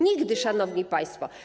Nigdy, szanowni państwo.